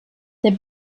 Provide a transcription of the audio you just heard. der